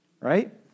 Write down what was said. right